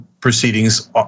proceedings